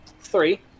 Three